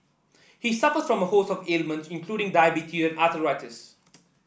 he suffers from a host of ailments including diabetes and arthritis